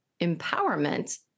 empowerment